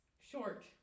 Short